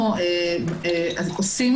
אנחנו עושים